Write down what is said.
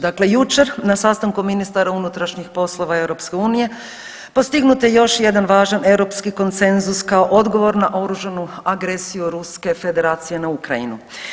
Dakle, jučer na sastanku ministara unutrašnjih poslova EU postignut je još jedan važan europski konsenzus kao odgovor na oružanu agresiju Ruske Federacije na Ukrajinu.